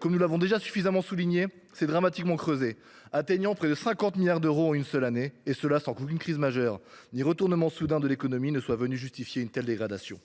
Comme nous l’avons déjà suffisamment souligné, le déficit s’est dramatiquement creusé, le dérapage atteignant près de 50 milliards d’euros en une seule année, et ce sans qu’aucune crise majeure ni aucun retournement soudain de l’économie soient venus justifier une telle dégradation.